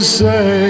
say